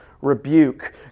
rebuke